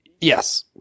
Yes